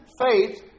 faith